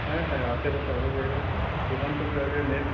হ্যাঁ হ্যাঁ আশে পাশে আরো জায়গা আছে ওখানে তোকে আগে মেন